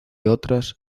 otras